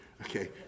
Okay